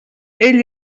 ell